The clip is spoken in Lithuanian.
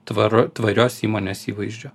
tvaru tvarios įmonės įvaizdžio